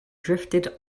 drifted